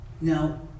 Now